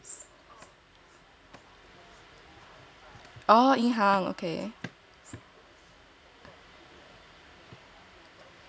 oh okay